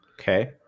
okay